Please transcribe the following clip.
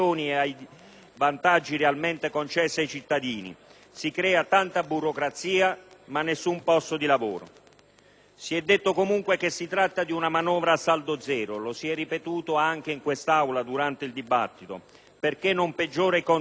vantaggi realmente concessi ai cittadini e si crea tanta burocrazia, ma nessun posto di lavoro. Si è detto comunque che si tratta di una manovra a saldo zero (lo si è ripetuto anche in quest'Aula durante il dibattito), perché non peggiora i conti pubblici.